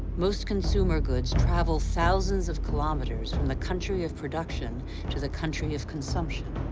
most consumer goods travel thousands of kilometers from the country of production to the country of consumption.